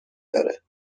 داره